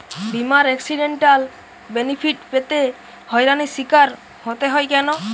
বিমার accidental benefit পেতে হয়রানির স্বীকার হতে হয় কেন?